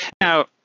Now